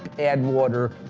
add water.